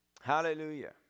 Hallelujah